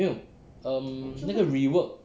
没有 um 那个 rework